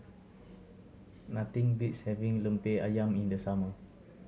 nothing beats having Lemper Ayam in the summer